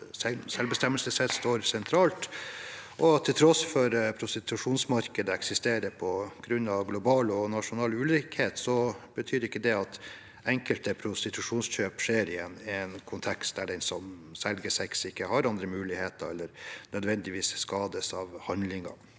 selvbestemmelsesrett står sentralt. Til tross for at prostitusjonsmarkedet eksisterer på grunn av global og nasjonal ulikhet, betyr ikke det at enkelte prostitusjonskjøp skjer i en kontekst der den som selger sex, ikke har andre muligheter eller nødvendigvis skades av handlingen.